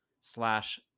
slash